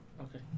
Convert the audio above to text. Okay